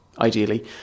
ideally